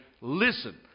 listen